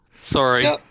Sorry